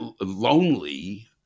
lonely